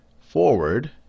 forward